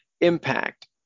impact